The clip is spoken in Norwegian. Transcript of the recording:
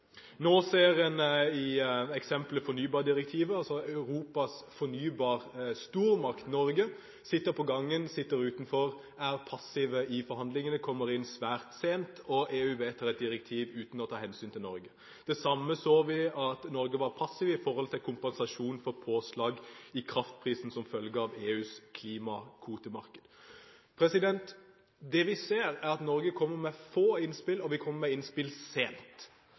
Nå ser en i eksemplet fornybardirektivet at Europas fornybarstormakt, Norge, sitter på gangen, sitter utenfor, er passiv i forhandlingene, kommer inn svært sent, og EU vedtar et direktiv uten å ta hensyn til Norge. Det samme så vi da Norge var passiv i forhold til kompensasjon for påslag i kraftprisen som følge av EUs klimakvotemarked. Det vi ser, er at Norge kommer med få innspill, og vi kommer med innspill sent.